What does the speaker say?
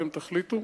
אתם תחליטו.